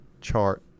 chart